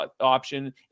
option